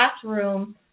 classroom